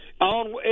On